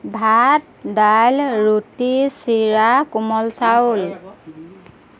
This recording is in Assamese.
ভাত দাইল ৰুটি চিৰা কোমল চাউল